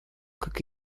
как